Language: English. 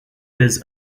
his